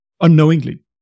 unknowingly